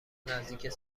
نزدیک